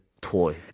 toy